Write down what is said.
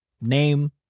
name